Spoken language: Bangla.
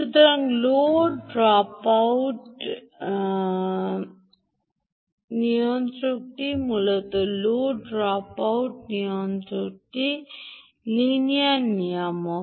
সুতরাং লো ড্রপ আউট নিয়ন্ত্রকটি মূলত লো ড্রপ আউট নিয়ন্ত্রকটি মূলত এটি লিনিয়ার নিয়ামক